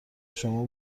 شما